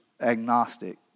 agnostic